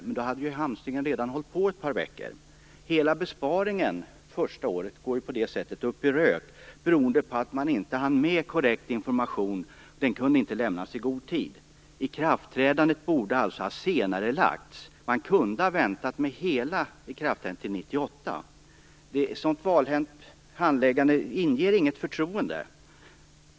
Men då hade ju hamstringen redan hållit på ett par veckor. Hela besparingen under det första året går ju upp i rök på det sättet. Det beror på att korrekt information inte kunde lämnas i god tid. Ikraftträdandet borde alltså ha senarelagts. Man kunde ha väntat med hela ikraftträdandet till 1998. Ett sådant valhänt handläggande inger inte något förtroende.